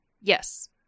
Yes